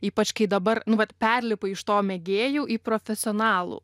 ypač kai dabar nu vat perlipa iš to mėgėjų į profesionalų